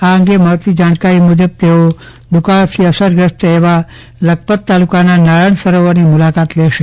આ અંગે મળતી જાણકારી મુજબ ેતઓ દુકાનથી અસરગ્રસ્ત લખપત તાલુકાના નારાયણ સરોવરની મુલાકાત લેશે